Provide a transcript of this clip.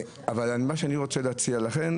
אבל עיקר ההצעה שלי